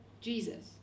Jesus